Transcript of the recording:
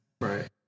Right